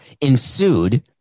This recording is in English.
ensued